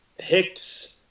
Hicks